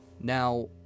Now